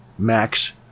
Max